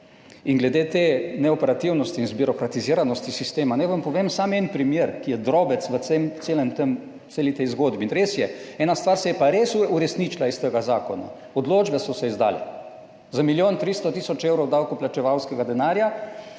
In glede te neoperativnosti in zbirokratiziranosti sistema naj vam povem samo en primer, ki je drobec v celi tej zgodbi. In res je, ena stvar se je pa res uresničila. Iz tega zakona, odločbe so se izdale za milijon 300 tisoč evrov davkoplačevalskega denarja.